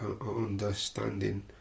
understanding